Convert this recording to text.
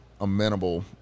amenable